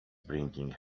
bringing